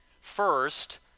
First